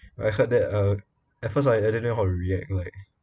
I heard that uh at first I I didn't know how to react like